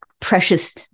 precious